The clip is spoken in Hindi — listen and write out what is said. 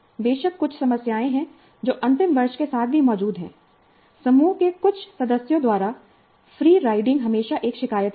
बेशक कुछ समस्याएं हैं जो अंतिम वर्ष के साथ भी मौजूद हैं समूह के कुछ सदस्यों द्वारा फ्री राइडिंग हमेशा एक शिकायत रही है